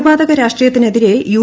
കൊലപാതക രാഷട്രീയത്തിനെതിരെ യു